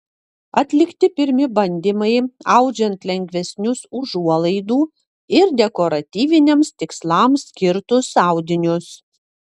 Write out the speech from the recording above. atlikti pirmi bandymai audžiant lengvesnius užuolaidų ir dekoratyviniams tikslams skirtus audinius